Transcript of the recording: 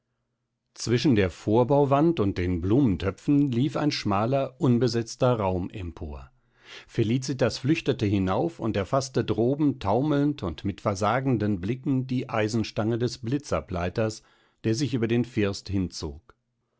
zwischen der vorbauwand und den blumentöpfen lief ein schmaler unbesetzter raum empor felicitas flüchtete hinauf und erfaßte droben taumelnd und mit versagenden blicken die eisenstange des blitzableiters der sich über den first hinzog